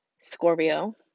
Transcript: Scorpio